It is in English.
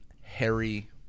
Harry